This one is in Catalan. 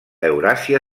euràsia